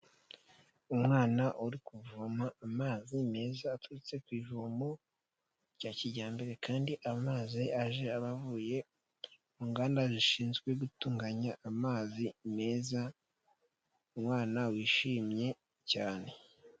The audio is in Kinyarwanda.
Umwana uri kuvoma amazi meza aturutse ku ivomo rya kijyambere kandi amazi aje aba avuye mu nganda zishinzwe gutunganya amazi meza umwana wishimye cyane.